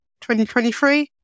2023